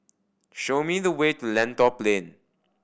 show me the way to Lentor Plain